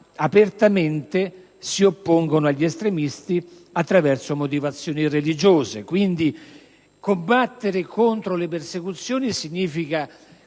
apertamente si oppongono agli estremisti attraverso motivazioni religiose»; quindi, combattere contro le persecuzioni significa